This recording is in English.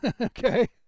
Okay